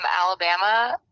alabama